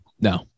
no